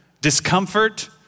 discomfort